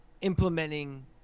implementing